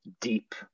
deep